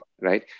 right